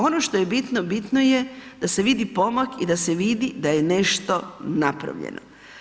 Ono što je bitno, bitno je da se vidi pomak i da se vidi da je nešto napravljeno.